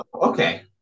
Okay